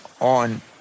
on